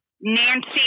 Nancy